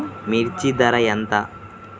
మిర్చి ధర ఎంత?